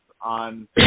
on